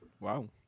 Wow